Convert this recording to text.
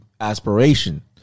aspiration